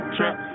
Trap